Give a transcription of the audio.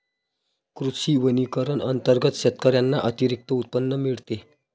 कृषी वनीकरण अंतर्गत शेतकऱ्यांना अतिरिक्त उत्पन्न मिळते